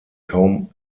kaum